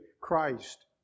Christ